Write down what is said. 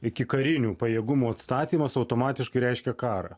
ikikarinių pajėgumų atstatymas automatiškai reiškia karą